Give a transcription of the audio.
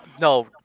No